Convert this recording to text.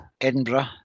Edinburgh